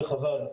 וחבל.